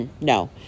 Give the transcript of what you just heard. No